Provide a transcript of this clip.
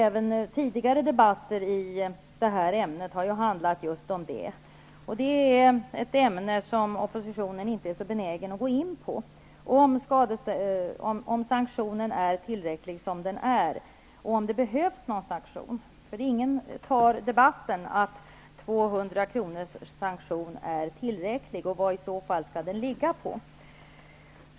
Även tidigare debatter i det här ämnet har handlat om detta. Det är ett ämne som oppositionen inte är så benägen att gå in på, nämligen om sanktionen är tillräcklig som den är eller om det behövs någon sanktion. Det är inget tal om i debatten att en 200-kronorssanktion är tillräcklig eller vad den i annat fall skall ligga på.